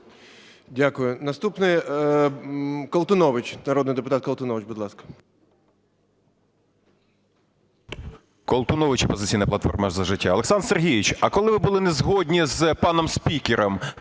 Дякую. Наступний – народний депутат Колтунович, будь ласка.